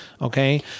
Okay